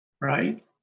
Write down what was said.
right